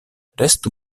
restu